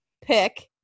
pick